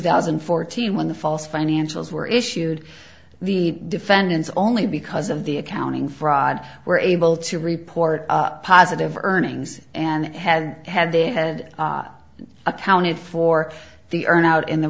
thousand and fourteen when the false financials were issued the defendants only because of the accounting fraud were able to report positive earnings and had had they had accounted for the earn out in the